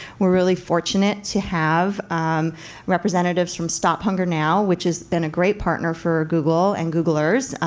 we're really fortunate to have representatives from stop hunger now, which has been a great partner for google and googlers.